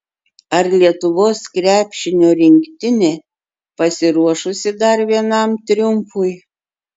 ar lietuvos krepšinio rinktinė pasiruošusi dar vienam triumfui